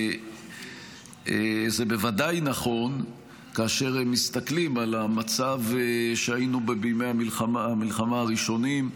זה בוודאי נכון כאשר מסתכלים על המצב שהיינו בו בימי המלחמה הראשונים,